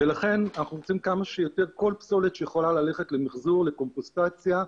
לכן, כל פסולת שיכולה ללכת למחזור, לקומפוסטציה,